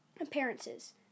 Appearances